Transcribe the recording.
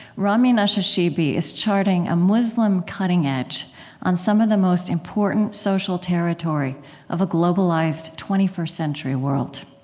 rami nashashibi is charting a muslim cutting edge on some of the most important social territory of a globalized twenty first century world.